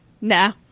No